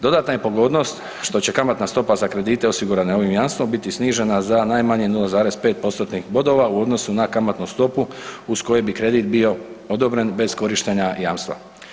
Dodatna je pogodnost što će kamatna stopa za kredite osigurane ovim jamstvom biti snižena za najmanje 0,5%-tnih bodova, u odnosu na kamatnu stopu uz koje bi kredit bio odobren bez korištenja jamstva.